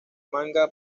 manga